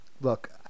look